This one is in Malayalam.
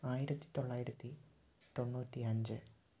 ആയിരത്തി തൊള്ളായിരത്തി തൊണ്ണൂറ്റി അഞ്ച്